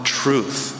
truth